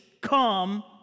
come